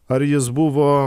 ar jis buvo